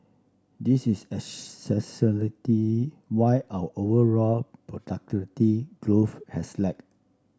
this is why our overall productivity growth has lag